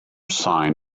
sign